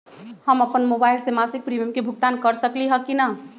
हम अपन मोबाइल से मासिक प्रीमियम के भुगतान कर सकली ह की न?